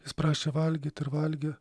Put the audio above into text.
jis prašė valgyt ir valgė